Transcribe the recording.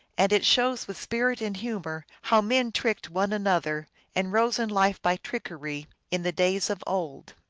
and it shows with spirit and humor how men tricked one another, and rose in life by trickery, in the days of old.